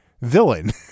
villain